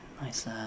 nice